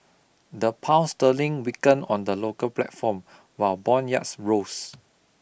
the Pound sterling weakened on the local platform while bond yields rose